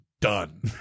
done